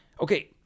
Okay